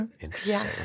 Interesting